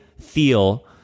feel